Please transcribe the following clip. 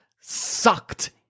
sucked